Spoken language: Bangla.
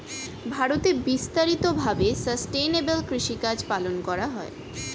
ভারতে বিস্তারিত ভাবে সাসটেইনেবল কৃষিকাজ পালন করা হয়